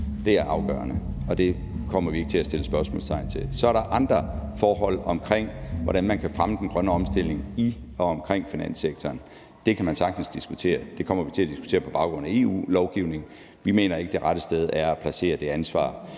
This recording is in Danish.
Det er afgørende, og det kommer vi ikke til sætte spørgsmålstegn ved. Så er der andre forhold omkring, hvordan man kan fremme den grønne omstilling i og omkring finanssektoren. Det kan man sagtens diskutere. Det kommer vi til at diskutere på baggrund af EU-lovgivning. Vi mener ikke, det rette sted at placere det ansvar